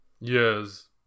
Yes